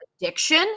addiction